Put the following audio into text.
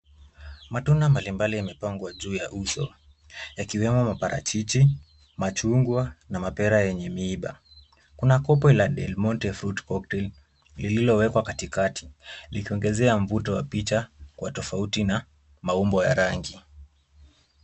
Matunda mbalimbali yamepangwa juu ya uso yakiwemo maparachichi, machungwa na mapera yenye miiba. Kuna kopo la Delmonte fruit Cocktail lililowekwa katikati likiongezea mvuto wa picha kwa tofauti na maumbo ya rangi.